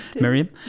Miriam